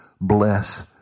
bless